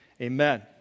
Amen